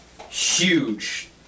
huge